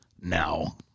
now